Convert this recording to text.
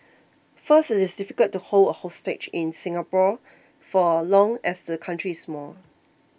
first it is difficult to hold a hostage in Singapore for long as the country is small